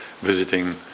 visiting